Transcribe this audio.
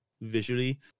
visually